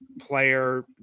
player